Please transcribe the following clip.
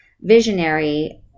visionary